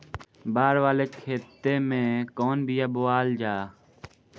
बाड़ वाले खेते मे कवन बिया बोआल जा?